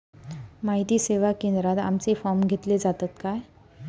माहिती सेवा केंद्रात आमचे फॉर्म घेतले जातात काय?